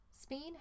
Spain